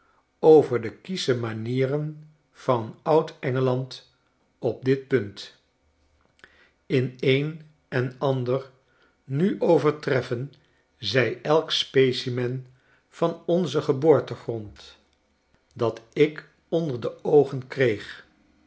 over de kiesche manieren van u d e n g eland op dit punt in een en ander nu overtreffen zij elk specimen van onzen geboortegrond dat ik onder de oogen kreeg